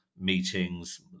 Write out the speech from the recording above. meetings